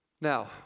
Now